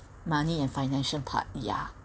money and financial part yeah